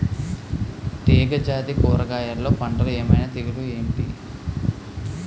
తీగ జాతి కూరగయల్లో పంటలు ఏమైన తెగులు ఏంటి?